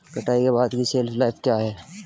कटाई के बाद की शेल्फ लाइफ क्या है?